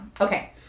Okay